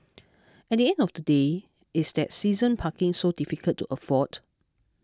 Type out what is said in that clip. at the end of the day is that season parking so difficult to afford